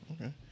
okay